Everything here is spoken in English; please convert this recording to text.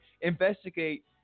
investigate